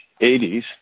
80s